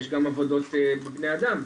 יש גם עבודות בבני אדם,